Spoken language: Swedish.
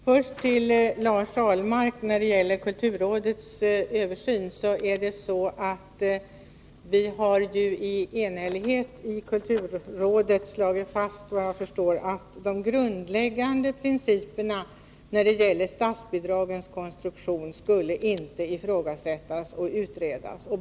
Herr talman! Först några ord till Lars Ahlmark. När det gäller kulturrådets översyn har vi, såvitt jag förstår, i enighet i kulturrådet slagit fast att de grundläggande principerna för statsbidragens konstruktion inte skulle ifrågasättas och utredas.